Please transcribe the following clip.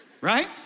right